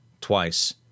twice